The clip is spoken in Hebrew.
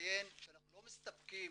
לציין שאנחנו לא מסתפקים,